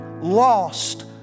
lost